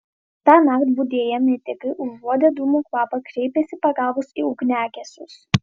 tąnakt budėję medikai užuodę dūmų kvapą kreipėsi pagalbos į ugniagesius